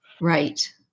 Right